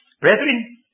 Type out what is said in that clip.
Brethren